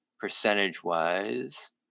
percentage-wise